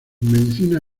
medicina